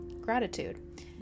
gratitude